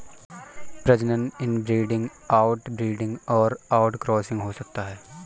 प्रजनन inbreeding, outbreeding और outcrossing हो सकता है